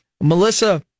Melissa